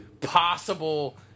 possible